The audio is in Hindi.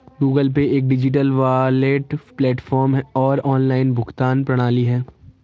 गूगल पे एक डिजिटल वॉलेट प्लेटफ़ॉर्म और ऑनलाइन भुगतान प्रणाली है